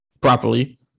properly